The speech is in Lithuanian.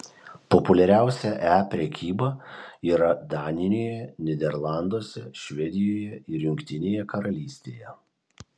populiariausia e prekyba yra danijoje nyderlanduose švedijoje ir jungtinėje karalystėje